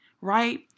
right